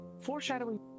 Foreshadowing